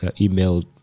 email